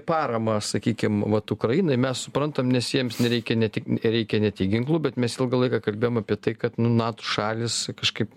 paramą sakykim vat ukrainai mes suprantam nes jiems nereikia ne tik reikia ne tik ginklų bet mes ilgą laiką kalbėjom apie tai kad nato šalys kažkaip